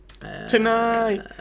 tonight